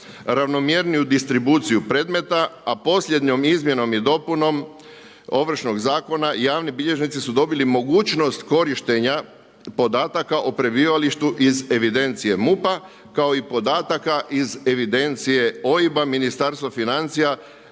ravnomjerniju distribuciju predmeta a posljednjom izmjenom i dopunom Ovršnog zakona javni bilježnici su dobili mogućnost korištenja podataka o prebivalištu iz evidencije MUP-a kao i podataka iz evidencije OIB-a, Ministarstva financija